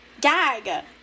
gag